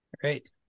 Great